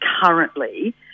currently